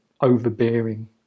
overbearing